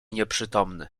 nieprzytomny